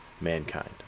mankind